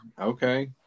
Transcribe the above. Okay